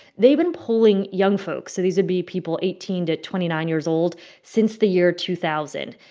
they've been polling young folks so these would be people eighteen to twenty nine years old since the year two thousand.